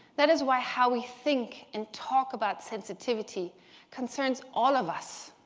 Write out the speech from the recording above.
that is why how we think and talk about sensitivity concerns all of us.